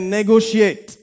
negotiate